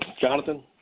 Jonathan